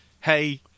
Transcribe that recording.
hey